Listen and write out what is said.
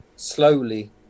slowly